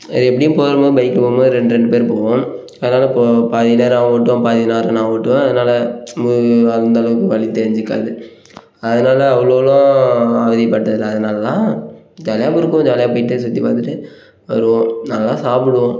எப்படியும் போகும் போது பைக்கில் போகும் போது ரெண்ரெண்டு பேர் போவோம் அதனாலே போ பாதி நேரம் அவன் ஓட்டுவான் பாதி நேரம் நான் ஓட்டுவேன் அதனால் மு அந்த அளவுக்கு வலி தெரிஞ்சுக்காது அதனால் அவ்வளோல்லாம் அவதிப்பட்டதில்லை அதனாலெல்லாம் ஜாலியாகவும் இருக்கும் ஜாலியாக போய்விட்டு சுற்றிப் பார்த்துட்டு வருவோம் நல்லா சாப்பிடுவோம்